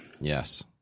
Yes